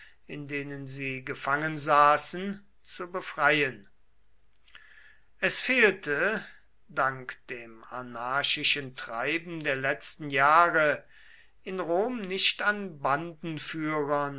in denen sie gefangen saßen zu befreien es fehlte dank dem anarchischen treiben der letzten jahre in rom nicht an